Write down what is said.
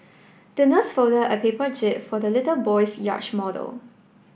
the nurse folded a paper jib for the little boy's yacht model